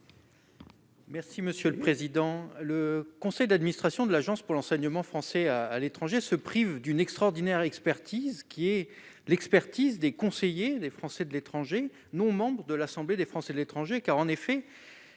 Merci monsieur le président, le conseil d'administration de l'Agence pour l'enseignement français à l'étranger se prive d'une extraordinaire expertise qui est l'expertise des conseillers des Français de l'étranger non membres de l'Assemblée des Français de l'étranger, car en effet,